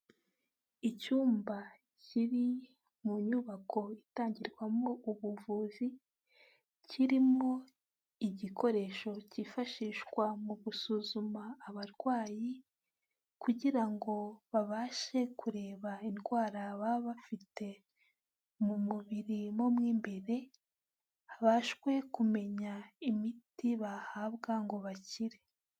Icyumba kiri mu nyubako itangirwamo ubuvuzi, kirimo igikoresho cyifashishwa mu gusuzuma abarwayi, kugira ngo babashe kureba indwara baba bafite mu mubiri mo imbere, habashwe kumenya imiti bahabwa ngo bakire.